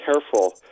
careful